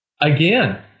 again